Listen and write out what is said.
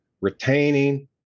retaining